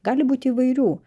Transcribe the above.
gali būti įvairių